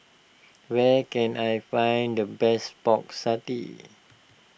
where can I find the best Pork Satay